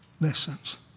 lessons